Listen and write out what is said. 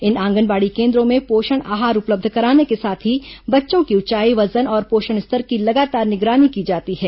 इन आंगनबाड़ी केन्द्रों में पोषण आहार उपलब्ध कराने के साथ ही बच्चों की ऊंचाई वजन और पोषण स्तर की लगातार निगरानी की जाती है